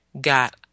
got